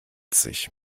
sich